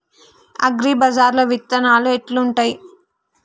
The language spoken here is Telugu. అగ్రిబజార్ల విత్తనాలు ఎట్లుంటయ్?